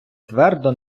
твердо